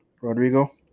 Rodrigo